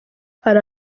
hari